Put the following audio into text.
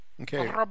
Okay